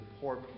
poor